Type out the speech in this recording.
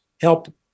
help